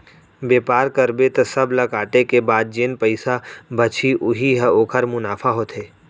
बेपार करबे त सब ल काटे के बाद जेन पइसा बचही उही ह ओखर मुनाफा होथे